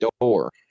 door